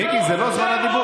מיקי, זה לא זמן הדיבור